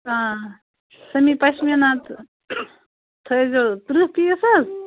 آ سمی پشمیٖنہ تہٕ تھٲیزو تٕرٛہ پیٖس حظ